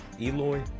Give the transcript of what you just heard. eloy